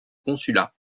consulat